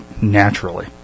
naturally